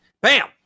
bam